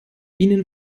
ihnen